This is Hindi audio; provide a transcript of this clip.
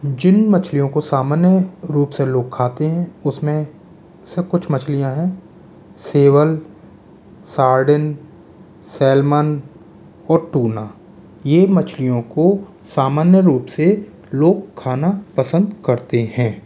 जिन मछलियों को सामान्य रूप से लोग खाते हैं उसमें से कुछ मछलियाँ है सेवल सार्डिन सेलमन और टूना ये मछलियों को सामान्य रूप से लोग खाना पसंद करते हैं